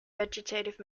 vegetative